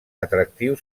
atractiu